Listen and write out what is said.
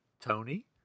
Tony